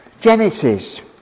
Genesis